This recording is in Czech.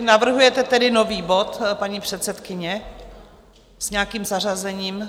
Navrhujete tedy nový bod, paní předsedkyně, s nějakým zařazením?